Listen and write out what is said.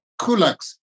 Kulaks